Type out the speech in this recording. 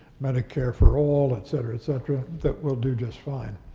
medicare for all, et cetera, et cetera, that we'll do just fine.